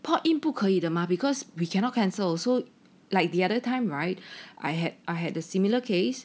port in 不可以的 mah because we cannot cancel also like the other time right I had I had a similar case